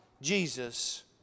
Jesus